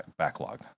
backlogged